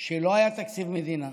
שלא היה תקציב מדינה,